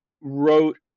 wrote